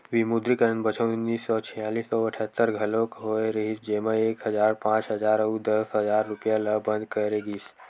विमुद्रीकरन बछर उन्नीस सौ छियालिस अउ अठत्तर घलोक होय रिहिस जेमा एक हजार, पांच हजार अउ दस हजार रूपिया ल बंद करे गिस